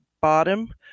Bottom